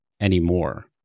anymore